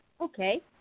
Okay